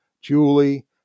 Julie